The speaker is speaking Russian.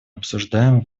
обсуждаем